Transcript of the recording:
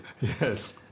Yes